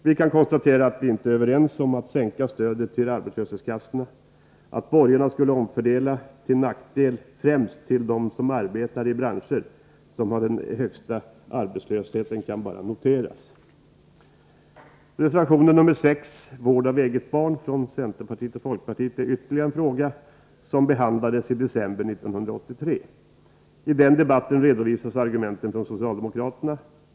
Vi kan konstatera att vi inte är överens om att sänka stödet till arbetslöshetskassorna. Att borgarna skulle omfördela till nackdel främst för dem som arbetar i de branscher som har den högsta arbetslösheten kan bara noteras. Reservationen nr 6, vård av eget barn, från centerpartiet och folkpartiet tar upp ytterligare en fråga som behandlades i december 1983. I den debatten redovisades argumenten från socialdemokraterna.